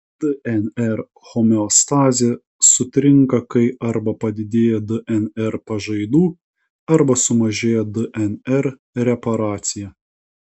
dnr homeostazė sutrinka kai arba padidėja dnr pažaidų arba sumažėja dnr reparacija